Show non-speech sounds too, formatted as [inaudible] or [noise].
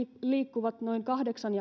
liikkuvat noin kahdeksan [unintelligible]